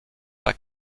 pas